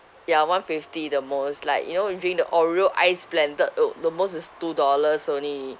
ya one fifty the most like you know you drink the oreo ice blended uh the most is two dollars only